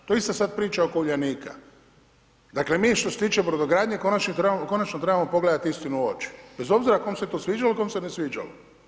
To je ista sad priča oko Uljanika, dakle mi što se tiče brodogradnje konačno trebamo pogledati istini u oči, bez obzira kom se to sviđalo i kom se ne sviđalo.